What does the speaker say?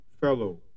fellow